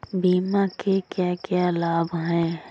बीमा के क्या क्या लाभ हैं?